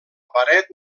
paret